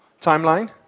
timeline